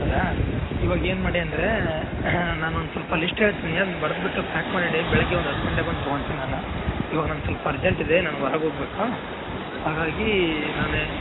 ಹೌದಾ ಇವಾಗ ಏನು ಮಾಡಿ ಅಂದರೆ ನಾನು ಒಂದು ಸ್ವಲ್ಪ ಲಿಸ್ಟ್ ಹೇಳ್ತೀನಿ ಅದ್ನ ಬರೆದ್ಬಿಟ್ಟು ಪ್ಯಾಕ್ ಮಾಡಿಡಿ ಬೆಳಗ್ಗೆ ಒಂದು ಹತ್ತು ಗಂಟೆ ಬಂದು ತೊಗೊಳ್ತೀನಿ ನಾನು ಇವಾಗ ನನ್ನ ಸ್ವಲ್ಪ ಅರ್ಜೆಂಟ್ ಇದೆ ನಾನು ಹೊರಗೆ ಹೋಗಬೇಕು ಹಾಗಾಗಿ ನಾನು